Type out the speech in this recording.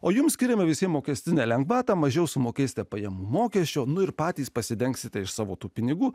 o jums skiriama visiems mokestinę lengvatą mažiau sumokėsite pajamų mokesčio nu ir patys pasirinksite iš savo tų pinigų